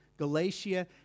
Galatia